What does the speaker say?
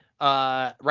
right